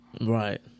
right